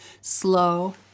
Slow